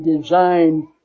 designed